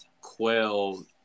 quell